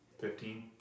Fifteen